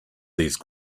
these